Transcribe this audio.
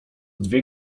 dwie